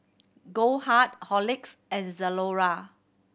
Goldheart Horlicks and Zalora